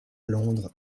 londres